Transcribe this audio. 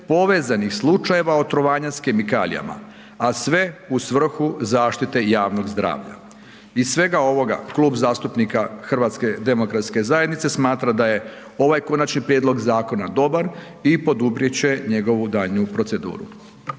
povezanih slučajeva otrovanja s kemikalijama, a sve u svrhu zaštite javnog zdravlja. Iz svega ovoga Klub zastupnika HDZ-a smatra da je ovaj konačni prijedlog zakona dobar i poduprijet će njegovu daljnju proceduru.